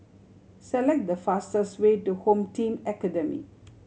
select the fastest way to Home Team Academy